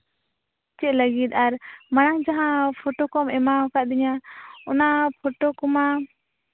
ᱪᱮᱫ ᱞᱟᱹᱜᱤᱫ ᱟᱨ ᱢᱟᱲᱟᱝ ᱡᱟᱦᱟᱸ ᱯᱷᱳᱴᱳ ᱠᱚᱢ ᱮᱢᱟ ᱟᱠᱟᱣᱫᱤᱧᱟᱹ ᱚᱱᱟ ᱯᱷᱳᱴᱳ ᱠᱚᱢᱟ